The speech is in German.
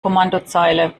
kommandozeile